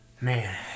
man